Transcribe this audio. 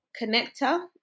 connector